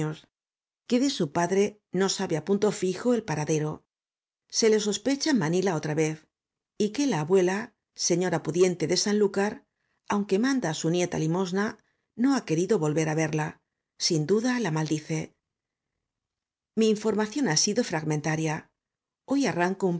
que de su padre no se sabe á punto fijo el paradero se le sospecha en manila otra vez y que la abuela señora pudiente de san lúcar aunque manda á su nieta limosna no ha querido volver á verla sin duda la maldice mi información ha sido fragmentaria hoy arranco